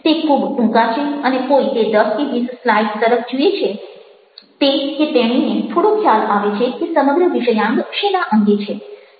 તે ખૂબ ટૂંકા છે અને કોઈ તે દસ કે વીસ સ્લાઈડ્સ તરફ જુએ છે તે કે તેણીને થોડો ખ્યાલ આવે છે કે સમગ્ર વિષયાંગ શેના અંગે છે